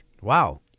Wow